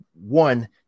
One